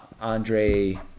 Andre